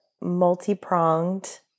multi-pronged